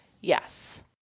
yes